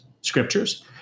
scriptures